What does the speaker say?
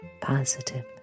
positive